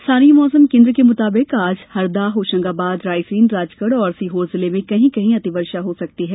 स्थानीय मौसम केन्द्र के मुताबिक आज हरदा होशंगाबाद रायसेन राजगढ़ और सीहोर जिले में कहीं कहीं अतिवर्षा हो सकती है